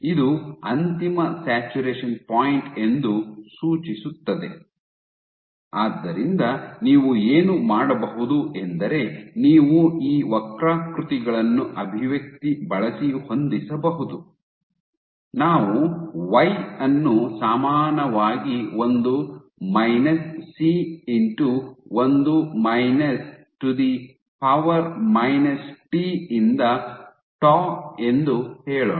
ಇದು ಅಂತಿಮ saturation point ಎಂದು ಸೂಚಿಸುತ್ತದೆ ಆದ್ದರಿಂದ ನೀವು ಏನು ಮಾಡಬಹುದು ಎಂದರೆ ನೀವು ಈ ವಕ್ರಾಕೃತಿಗಳನ್ನು ಅಭಿವ್ಯಕ್ತಿ ಬಳಸಿ ಹೊಂದಿಸಬಹುದು ನಾವು ವೈ ಅನ್ನು ಸಮಾನವಾಗಿ ಒಂದು ಮೈನಸ್ ಸಿ ಇಂಟು ಒಂದು minus e to the power minus T ಇಂದ tau y1 Cx1 e ttau ಎಂದು ಹೇಳೋಣ